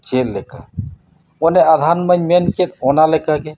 ᱪᱮᱫ ᱞᱮᱠᱟ ᱚᱱᱮ ᱟᱫᱷᱟᱱᱢᱟᱧ ᱞᱟᱹᱭ ᱠᱮᱫ ᱚᱱᱟ ᱞᱮᱠᱟ ᱜᱮ